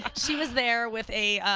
she was there with a